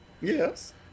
Yes